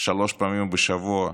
שלוש פעמים בשבוע,